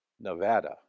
Nevada